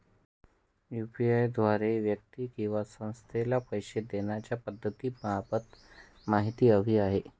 UPI द्वारे व्यक्ती किंवा संस्थेला पैसे देण्याच्या पद्धतींबाबत माहिती हवी आहे